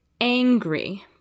angry